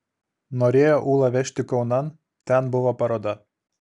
norėjo ūlą vežti kaunan ten buvo paroda